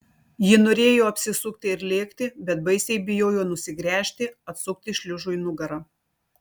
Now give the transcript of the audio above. ji norėjo apsisukti ir lėkti bet baisiai bijojo nusigręžti atsukti šliužui nugarą